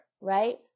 right